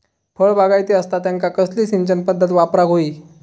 फळबागायती असता त्यांका कसली सिंचन पदधत वापराक होई?